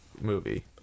Movie